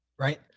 right